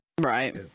Right